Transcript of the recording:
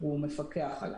הוא מפקח עליו.